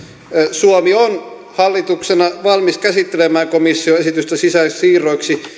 suomi on hallituksena valmis käsittelemään komission esitystä sisäisiksi siirroiksi